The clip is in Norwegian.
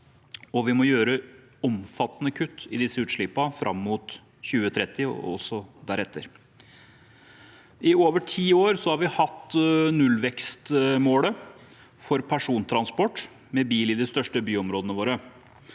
vi må gjøre omfattende kutt i disse utslippene fram mot 2030 og også deretter. I over ti år har vi hatt nullvekstmålet for persontransport med bil i de største byområdene,